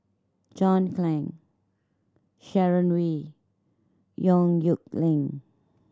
John Clang Sharon Wee Yong Nyuk Lin